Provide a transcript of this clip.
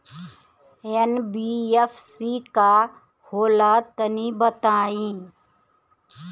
NBFC का होला तनि बताई?